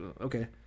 okay